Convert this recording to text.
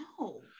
No